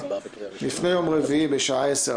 לפני יום רביעי בשעה 10:00,